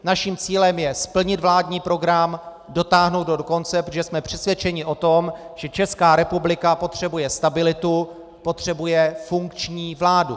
Naším cílem je splnit vládní program, dotáhnout ho do konce, protože jsme přesvědčeni o tom, že Česká republika potřebuje stabilitu, potřebuje funkční vládu.